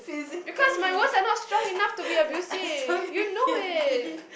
because my words are not strong enough to be abusive you know it